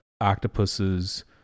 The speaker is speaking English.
octopuses